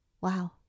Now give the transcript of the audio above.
Wow